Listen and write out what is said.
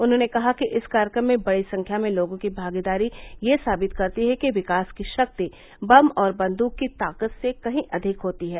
उन्होंने कहा कि इस कार्यक्रम में बड़ी संख्या में लोगों की भागीदारी ये साबित करती है कि विकास की शक्ति बम और बन्दुक की ताकत से कही अधिक होती है